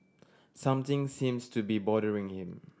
something seems to be bothering him